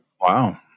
Wow